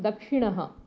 दक्षिणः